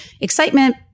excitement